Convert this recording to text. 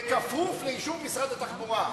בכפוף לאישור משרד התחבורה.